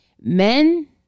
Men